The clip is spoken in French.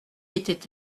était